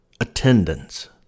attendance